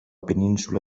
península